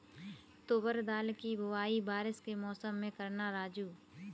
तुवर दाल की बुआई बारिश के मौसम में करना राजू